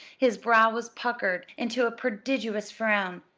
his brow was puckered into a prodigious frown,